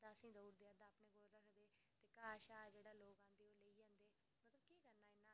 अद्धा असेंगी ते अद्धा अपने कोल रखदे घाऽ लोक लेई जंदे बाऽ केह् करना इन्ना अज्जकल